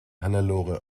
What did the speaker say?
hannelore